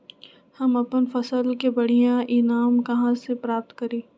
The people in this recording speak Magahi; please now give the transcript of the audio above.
हम अपन फसल से बढ़िया ईनाम कहाँ से प्राप्त करी?